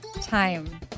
time